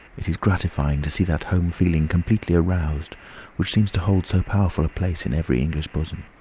it is gratifying to see that home feeling completely aroused which seems to hold so powerful a place in every english bosom.